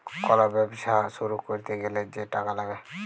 call ব্যবছা শুরু ক্যইরতে গ্যালে যে টাকা ল্যাগে